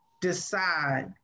decide